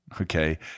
Okay